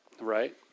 right